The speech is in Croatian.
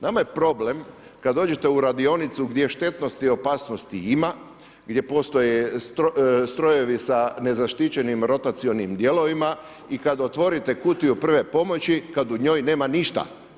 Nama je problem kad dođete u radionicu gdje štetnosti i opasnosti ima, gdje postoje strojevi sa nezaštićenim rotacionim dijelovima i kad otvorite kutiju prve pomoći, kad u njoj nema ništa.